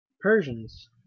Persians